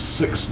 six